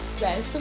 Welcome